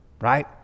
right